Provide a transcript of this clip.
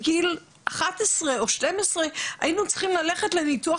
בגיל 11 או 12 היינו צריכים ללכת לניתוח